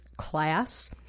Class